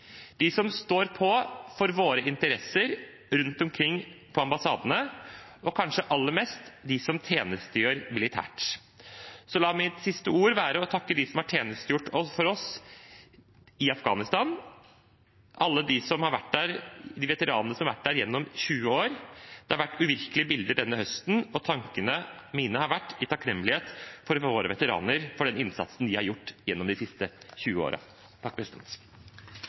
de som står på for våre interesser rundt omkring på ambassadene, og kanskje aller mest de som tjenestegjør militært. La mine siste ord nå være å takke dem som har tjenestegjort for oss i Afghanistan, alle veteranene som har vært der gjennom 20 år. Det har vært uvirkelige bilder denne høsten, og tankene mine går i takknemlighet til våre veteraner for den innsatsen de har gjort gjennom de siste 20